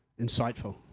insightful